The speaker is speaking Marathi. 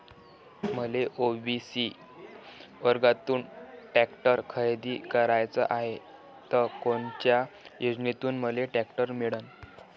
मले ओ.बी.सी वर्गातून टॅक्टर खरेदी कराचा हाये त कोनच्या योजनेतून मले टॅक्टर मिळन?